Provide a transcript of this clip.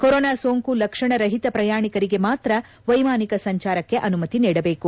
corona ಸೋಂಕು ಲಕ್ಷಣರಹಿತ ಪ್ರಯಾಣಿಕರಿಗೆ ಮಾತ್ರ ವೈಮಾನಿಕ ಸಂಚಾರಕ್ಕೆ ಅನುಮತಿ ನೀಡಬೇಕು